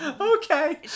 okay